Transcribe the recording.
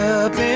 up